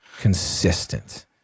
consistent